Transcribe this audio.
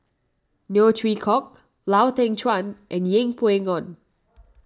Neo Chwee Kok Lau Teng Chuan and Yeng Pway Ngon